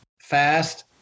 fast